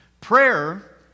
Prayer